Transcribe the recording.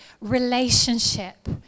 relationship